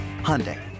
Hyundai